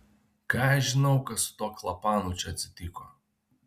ką aš žinau kas su tuo klapanu čia atsitiko